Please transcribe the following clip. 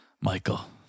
Michael